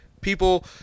people